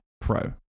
Pro